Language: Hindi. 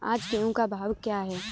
आज गेहूँ का भाव क्या है?